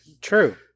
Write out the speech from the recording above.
True